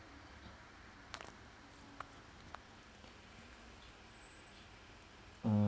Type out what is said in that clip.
mm